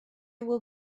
will